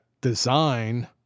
design